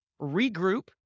regroup